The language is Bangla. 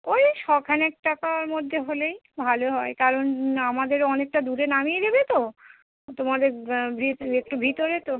ওই শখানেক টাকার মধ্যে হলেই ভালো হয় কারণ আমাদেরও অনেকটা দূরে নামিয়ে দেবে তো তোমাদের যেহেতু একটু ভিতরে তো